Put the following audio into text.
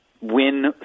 win